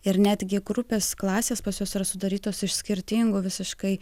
ir netgi grupės klasės pas juos yra sudarytos iš skirtingų visiškai